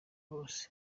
bose